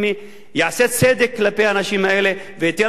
יעשה צדק כלפי האנשים האלה וייתן להם את ההרגשה